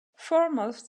foremost